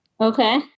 Okay